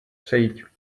přijď